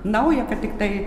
nauja kad tiktai